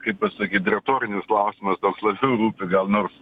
kaip pasakyt retorinis klausimas toks labiau rūpi gal nors